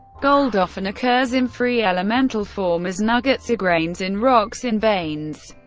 gold often occurs in free elemental form, as nuggets or grains, in rocks, in veins,